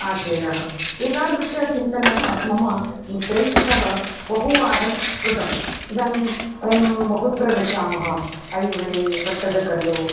आशयः एतादृशचिन्तनम् अस्ति मम मित्रैः सह बहुवारं कृतम् इदानीं वयं बहुत्र गच्छामः ऐहोळे पट्टदकल्लु